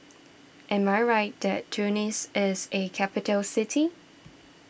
am I right that Tunis is a capital city